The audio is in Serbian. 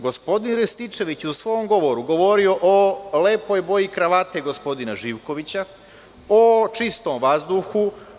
Gospodin Rističević je u svom govoru govorio o lepoj boji kravate gospodina Živkovića, o čistom vazduhu.